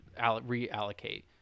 reallocate